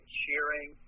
cheering